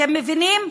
אתם מבינים?